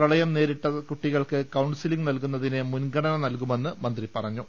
പ്രളയം ്രനേരിട്ട് കുട്ടികൾക്ക് കൌൺസി ലംഗ് നല്കുന്നതിന് മുൻഗണന നൽകുമെന്ന് മന്ത്രി പറഞ്ഞു